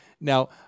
Now